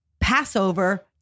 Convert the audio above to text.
Passover